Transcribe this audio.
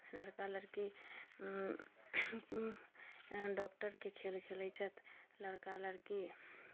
लड़का लड़की डॉक्टरके खेल खेलैत छथि लड़का लड़की